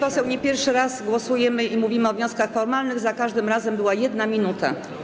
Pani poseł, nie pierwszy raz głosujemy i mówimy o wnioskach formalnych, za każdym razem była 1 minuta.